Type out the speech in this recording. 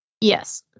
Yes